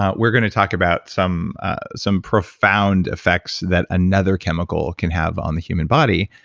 um we're gonna talk about some some profound effects that another chemical can have on the human body.